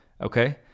Okay